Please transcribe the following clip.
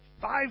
Five